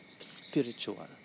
spiritual